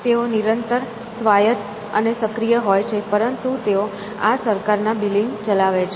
તેઓ નિરંતર સ્વાયત અને સક્રિય હોય છે પરંતુ તેઓ સરકારના બિલિંગ ચલાવે છે